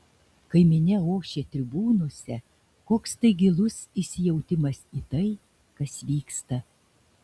kai minia ošia tribūnose koks tai gilus įsijautimas į tai kas vyksta